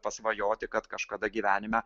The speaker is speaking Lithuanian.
pasvajoti kad kažkada gyvenime